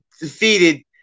defeated